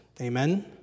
Amen